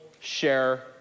share